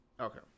Okay